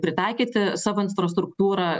pritaikyti savo infrastruktūrą